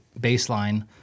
baseline